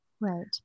Right